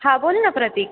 हां बोल ना प्रतीक